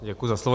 Děkuji za slovo.